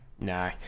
No